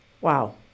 Wow